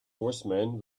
horsemen